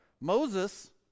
Moses